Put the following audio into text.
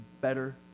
better